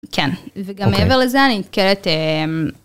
כן. וגם מעבר לזה אני נתקלת אההמ...